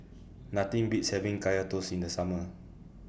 Nothing Beats having Kaya Toast in The Summer